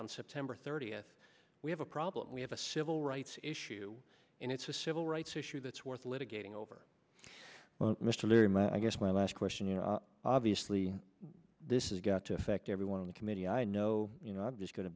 on september thirtieth we have a problem we have a civil rights issue and it's a civil rights issue that's worth litigating over well mr larry my guess my last question you know obviously this is got to fact every one of the committee i know you know i'm just going to